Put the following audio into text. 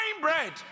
bread